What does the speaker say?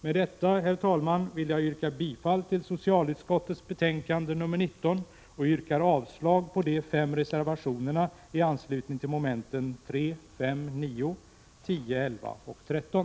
Med detta, herr talman, yrkar jag bifall till hemställan i socialutskottets betänkande 19 och avslag på de fem reservationerna i anslutning till mom. 3, 5, 9, 10, 11 och 13.